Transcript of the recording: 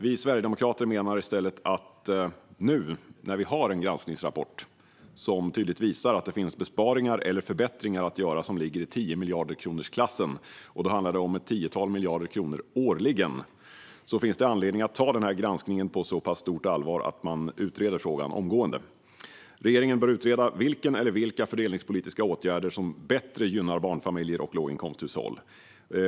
Vi sverigedemokrater menar i stället att det nu, när vi har en granskningsrapport som tydligt visar att det finns besparingar eller förbättringar att göra motsvarande ett tiotal miljarder kronor årligen, finns anledning att ta granskningen på så pass stort allvar att man utreder frågan omgående. Regeringen bör utreda vilken eller vilka fördelningspolitiska åtgärder som bättre gynnar barnfamiljer och låginkomsthushåll.